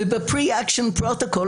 וב-Pre-Action Protocol,